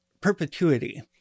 perpetuity